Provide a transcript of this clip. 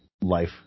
Life